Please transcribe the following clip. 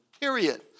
period